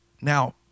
Now